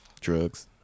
Drugs